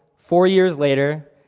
four years later,